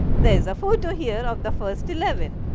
there is a photo here of the first eleven.